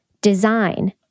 Design